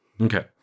Okay